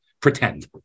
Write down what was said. pretend